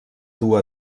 dur